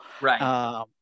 right